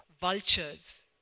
Vultures